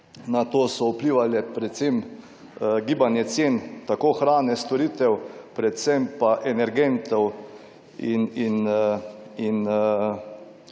na to so vplivale predvsem gibanje cen tako hrane, storitev predvsem pa energentov